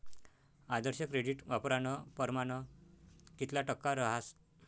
आदर्श credit वापरानं परमाण कितला टक्का रहास